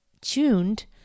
tuned